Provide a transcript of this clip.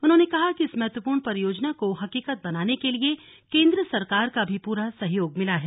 उन्होंने कहा कि इस महत्वपूर्ण परियोजना को हकीकत बनाने के लिए केन्द्र सरकार का भी पूरा सहयोग मिला है